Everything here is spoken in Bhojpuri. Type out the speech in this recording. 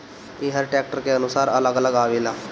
ई हर ट्रैक्टर के अनुसार अलग अलग आवेला